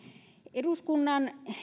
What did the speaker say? eduskunnan